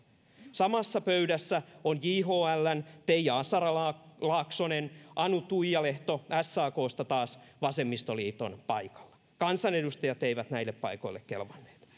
samassa pöydässä on jhln teija asara laaksonen anu tuija lehto saksta taas vasemmistoliiton paikalla kansanedustajat eivät näille paikoille kelvanneet